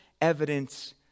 evidence